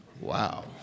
Wow